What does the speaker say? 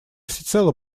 всецело